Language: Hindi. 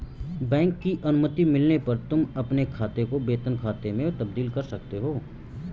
बैंक की अनुमति मिलने पर तुम अपने खाते को वेतन खाते में तब्दील कर सकते हो